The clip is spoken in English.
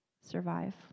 survive